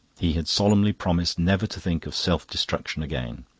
he had solemnly promised never to think of self-destruction again.